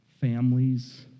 families